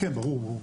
ברור.